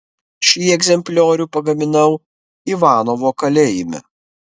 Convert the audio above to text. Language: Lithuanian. šį egzempliorių pagaminau ivanovo kalėjime